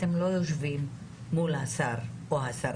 אתם לא יושבים מול השר או השרה.